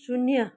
शून्य